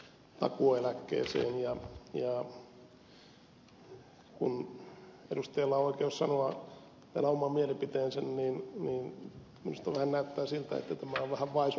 kun edustajalla on oikeus sanoa täällä oma mielipiteensä niin minusta vähän näyttää siltä että hän voisi